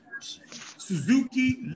Suzuki